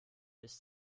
ist